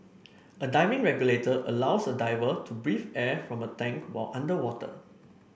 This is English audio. a diving regulator allows a diver to breathe air from a tank while underwater